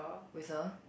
with a